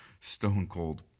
stone-cold